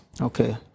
Okay